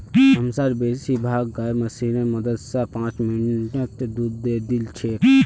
हमसार बेसी भाग गाय मशीनेर मदद स पांच मिनटत दूध दे दी छेक